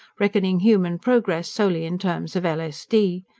reckoning human progress solely in terms of l s d.